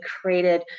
created